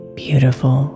beautiful